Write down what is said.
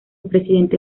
presidente